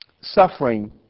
suffering